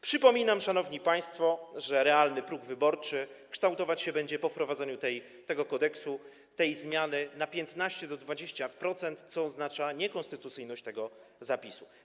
Przypominam, szanowni państwo, że realny próg wyborczy kształtować się będzie po wprowadzeniu tego kodeksu, tej zmiany na 15 do 20%, co oznacza niekonstytucyjność tego zapisu.